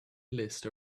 list